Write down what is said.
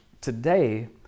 today